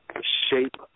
Shape